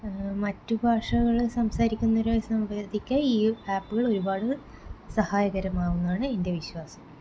മറ്റ് ഭാഷകള് സംസാരിക്കുന്നവരുമായി സംവദിക്കാൻ ഈ ആപ്പുകള് ഒരുപാട് സഹായകരമാകും എന്നാണ് എൻ്റെ വിശ്വാസം